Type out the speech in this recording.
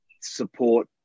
support